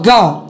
God